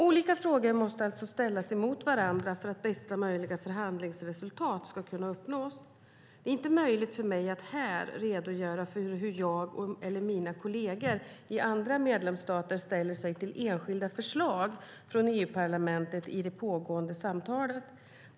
Olika frågor måste alltså ställas mot varandra för att bästa möjliga förhandlingsresultat ska kunna uppnås. Det är inte möjligt för mig att här redogöra för hur jag eller mina kolleger i andra medlemsstater ställer sig till enskilda förslag från EU-parlamentet i de pågående samtalen.